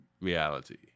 reality